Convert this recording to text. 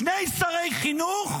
שני שרי חינוך,